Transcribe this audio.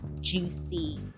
juicy